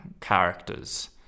characters